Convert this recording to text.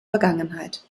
vergangenheit